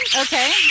Okay